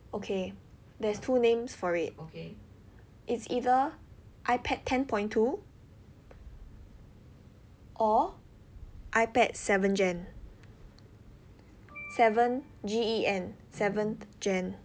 okay there's two names for it it's either ipad ten point two or ipad seven gen seven G E N seventh gen